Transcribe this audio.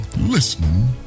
listening